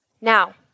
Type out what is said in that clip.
Now